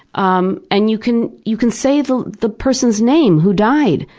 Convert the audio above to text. um and you can you can say the the person's name who died.